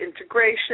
integration